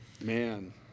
Man